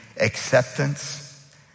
acceptance